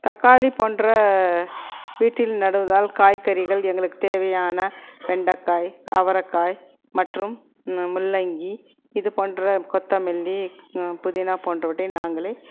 தக்காளி போன்ற வீட்டில் நடுவதால் காய்கறிகள் எங்களுக்கு தேவையான வெண்டக்காய் அவரக்காய் மற்றும் முள்ளங்கி இது போன்ற கொத்தமல்லி புதினா போன்றவற்றை நாங்களே